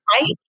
right